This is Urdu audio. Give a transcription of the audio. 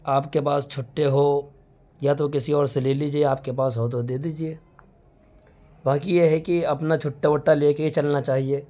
آپ کے پاس چھٹے ہو یا تو کسی اور سے لے لیجیے آپ کے پاس ہو تو دے دیجیے باقی یہ ہے کہ اپنا چُھٹّا وُٹّا لے کے ہی چلنا چاہیے